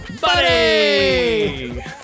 Buddy